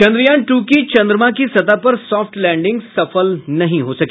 Chandrayaan two की चंद्रमा की सतह पर सॉफ्ट लैंडिंग सफल नहीं हो सकी